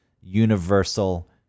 universal